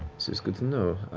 this is good to know.